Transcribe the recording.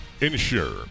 Ensure